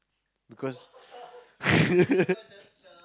because